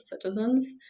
citizens